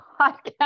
podcast